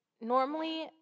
normally